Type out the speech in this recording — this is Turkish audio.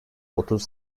otuz